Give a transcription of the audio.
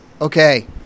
Okay